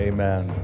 Amen